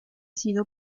sido